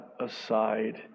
aside